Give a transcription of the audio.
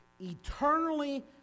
eternally